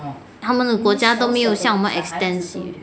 他们的国家都没有像我们 extensive